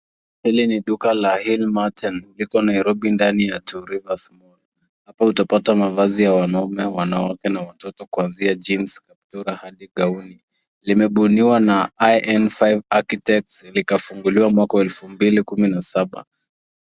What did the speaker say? Hili ni duka la Hillmarten liko Nairobi ndani ya Two Rivers. Hapa utapata mavazi ya wanaume wanawake na watoto kuanzia jeans, kaptula hadi gauni. Limebuniwa na IN5 Architects, likafunguliwa mwaka wa 2017.